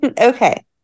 Okay